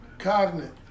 Cognitive